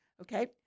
Okay